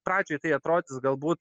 pradžioj tai atrodys galbūt